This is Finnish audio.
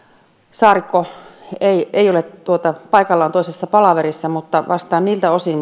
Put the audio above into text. saarikko ei ole paikalla on toisessa palaverissa mutta vastaan niiltä osin